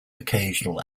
occasional